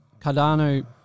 Cardano